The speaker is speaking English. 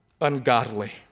ungodly